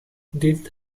did